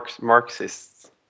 Marxists